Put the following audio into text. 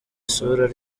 isura